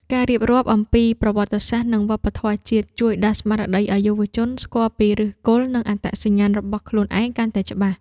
ការរៀបរាប់អំពី ប្រវត្តិសាស្ត្រ និងវប្បធម៌ជាតិ ជួយដាស់ស្មារតីឱ្យយុវជនស្គាល់ពីឫសគល់ និងអត្តសញ្ញាណរបស់ខ្លួនឯងកាន់តែច្បាស់។